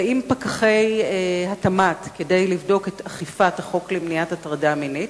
באים פקחי התמ"ת כדי לבדוק את אכיפת החוק למניעת הטרדה מינית,